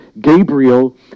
Gabriel